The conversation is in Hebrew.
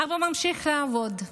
אבא ממשיך לעבוד,